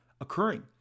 occurring